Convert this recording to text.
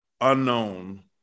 unknown